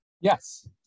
Yes